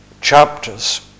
chapters